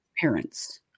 parents